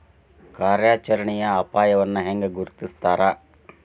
ಕಾರ್ಯಾಚರಣೆಯ ಅಪಾಯವನ್ನ ಹೆಂಗ ಗುರ್ತುಸ್ತಾರ